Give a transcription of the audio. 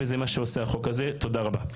תודה רבה.